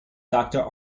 doctor